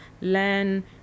learn